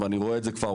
ואני רואה את זה כבר,